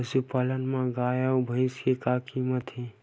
पशुपालन मा गाय अउ भंइसा के का कीमत हे?